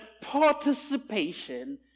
participation